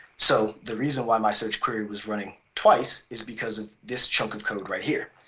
so the reason why my search query was running twice is because of this chunk of code right here.